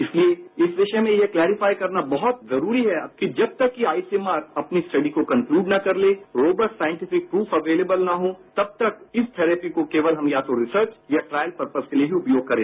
इसलिए इस विषय में यह क्लेरिफाई करना बहुत जरूरी है कि जब तक कि आईसीएमआर अपनी स्टडी को कंकल्यूड न कर ले रोबस्ट साइंटिफिक प्रूफ एवेलेबल न हो तब तक इस थेरेपी को हम केवल या तो रिसर्च या ट्रायल परपस के लिए ही प्रयोग करें